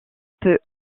peut